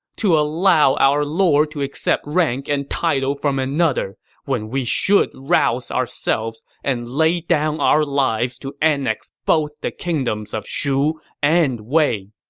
to allow our lord to accept rank and title from another when we should rouse ourselves and lay down our lives to annex both the kingdoms of shu and wei!